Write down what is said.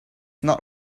not